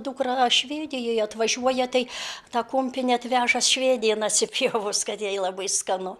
dukra švedijoj atvažiuoja tai tą kumpį net vežas švedijon atsipjovus kad jai labai skanu